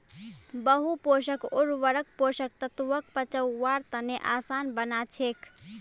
बहु पोषक उर्वरक पोषक तत्वक पचव्वार तने आसान बना छेक